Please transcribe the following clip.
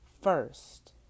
First